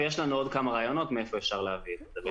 ויש לנו עוד כמה רעיונות מאיפה אפשר להביא את זה.